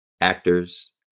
actors